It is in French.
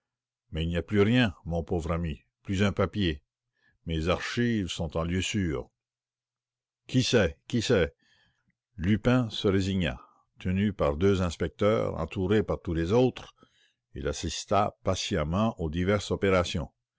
mais il n'y a plus rien mon pauvre ami plus un papier mes archives sont en lieu sûr qui sait qui sait lupin se résigna tenu par deux inspecteurs entouré par tous les autres il assista patiemment aux diverses opérations